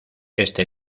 este